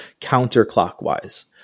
counterclockwise